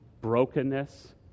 brokenness